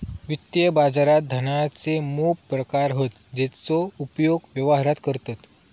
वित्तीय बाजारात धनाचे मोप प्रकार हत जेचो उपयोग व्यवहारात करतत